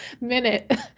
minute